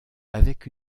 avec